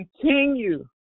continue